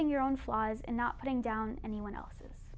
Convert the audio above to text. ing your own flaws and not putting down anyone else's